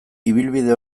ibilbide